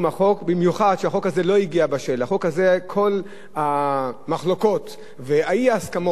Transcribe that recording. כל המחלוקות והאי-הסכמות שהיו בחוק הזה בין כבאים,